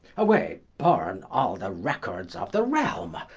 away, burne all the records of the realme,